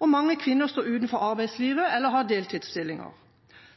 og mange kvinner står utenfor arbeidslivet eller har deltidsstillinger.